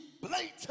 blatant